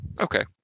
Okay